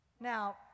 Now